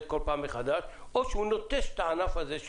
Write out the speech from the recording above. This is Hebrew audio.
כל פעם מחדש או שהוא נוטש את הענף הזה.